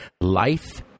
Life